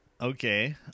Okay